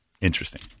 interesting